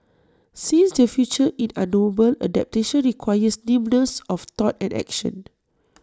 since the future in unknowable adaptation requires nimbleness of thought and action